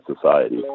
society